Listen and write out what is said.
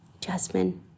Jasmine